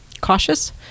cautious